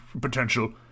potential